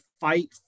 fight